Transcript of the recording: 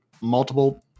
multiple